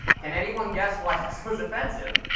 can anyone guess why this was offensive?